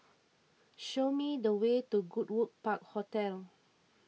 show me the way to Goodwood Park Hotel